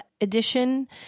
edition